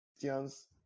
Christians